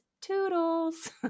toodles